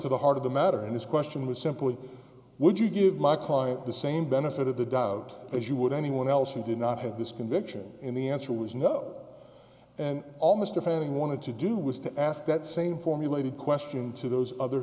to the heart of the matter and this question was simple would you give my client the same benefit of the doubt as you would anyone else who did not have this conviction in the answer was no and almost a family wanted to do was to ask that same formulated question to those other